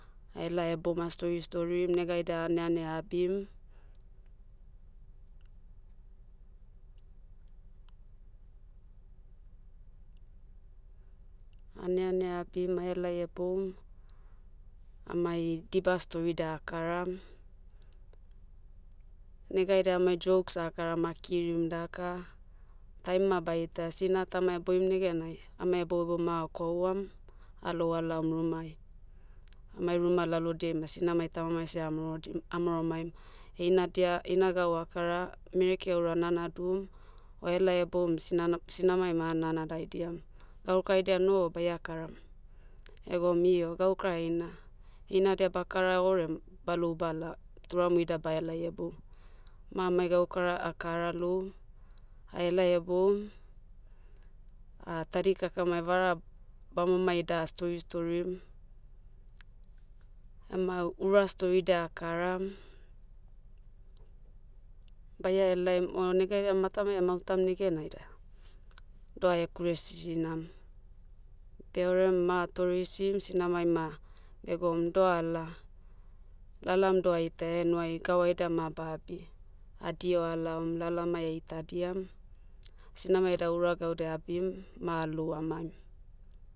Ahelai eboum ah stori storim negaidia aneane abim. Aneane abim ahelai eboum. Amai, diba storida akaram. Negaidia amai jokes akaram akirim daka. Time ma bai ita sina tama boim negenai, amai hebouhebou ma akouam, alou alaom rumai. Amai ruma lalodiai ma sinamai tamamai seh eamaorodim- amaoromaim, heina dia- eina gau akara, mereki aura nanadu, oelai eboum, sinana- sinamai ma ah nanadaidiam, gaukara aidia noho baia karam. Egoum io gaukara eina. Heinadia bakara orem, balou bala, turamu ida bahelai hebou. Ma amai gaukara akara lou, haelai heboum. tadikakamai vara, bamomai ida ah stori storim. Ema, ura storidia akaram. Baia helaim, o negaidia matamai amautam negenai da, doh ahekure sisinam. Beorem ma atoreisim sinamai ma, begoum doh ala, lalam doh aita henuai gau haida ma ba abi. Adiho alaom lalamai aitadiam. Sinamai eda ura gaude abim, ma alou amaim.